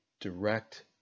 direct